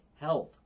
health